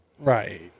Right